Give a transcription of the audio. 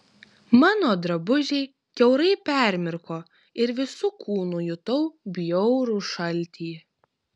mano drabužiai kiaurai permirko ir visu kūnu jutau bjaurų šaltį